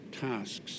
tasks